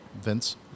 Vince